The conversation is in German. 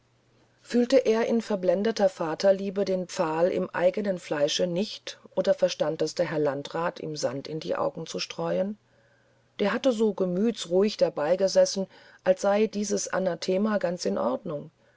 fühlte er in verblendeter vaterliebe den pfahl im eigenen fleische nicht oder verstand es der herr landrat ihm sand in die augen zu streuen der hatte so gemütsruhig dabei gesessen als sei dieses anathema ganz in der ordnung